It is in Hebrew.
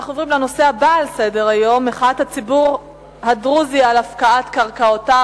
הנושא הבא: מחאת הציבור הדרוזי על הפקעת קרקעותיו,